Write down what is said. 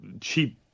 cheap